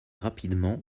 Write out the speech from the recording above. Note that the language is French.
rapidement